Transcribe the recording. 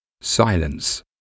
Silence